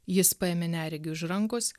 jis paėmė neregį už rankos